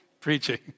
Preaching